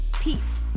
Peace